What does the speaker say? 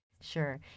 Sure